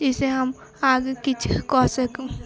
जैसे हम आगे किछु कऽ सकी